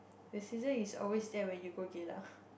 the season is always there when you go Geylang